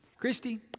Christy